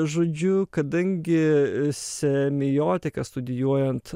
žodžiu kadangi semiotiką studijuojant